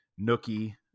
Nookie